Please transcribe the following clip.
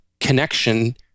connection